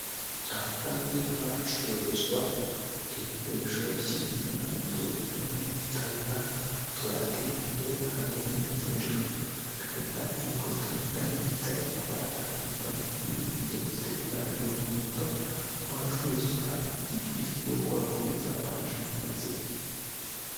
Ahazwi nk'ahacururizwa ibikoresho bikenerwa mu nzu, harimo ibitanda, utubati, intebe, hazwi nko mu Gakinjiro, haragaragara inyubako zitandukanye zifite amabara atandukanye, harimo inzu ifite ibara ry'umuhondo, hafi ahacururizwa hari igiti gishinzwe gukwirakwiza amashanyarazi.